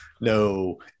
no